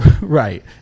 Right